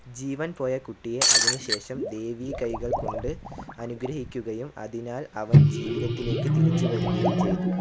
ജീവൻ പോയ കുട്ടിയെ അതിന് ശേഷം ദേവി കൈകൾ കൊണ്ട് അനുഗ്രഹിക്കുകയും അതിനാൽ അവൻ ജീവിതത്തിലേക്ക് തിരിച്ചു വരികയും ചെയ്തു